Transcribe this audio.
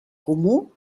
comú